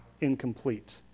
incomplete